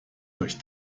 durch